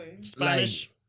Spanish